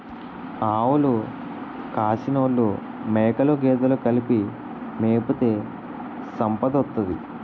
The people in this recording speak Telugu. ఆవులు కాసినోలు మేకలు గేదెలు కలిపి మేపితే సంపదోత్తది